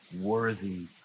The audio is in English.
Worthy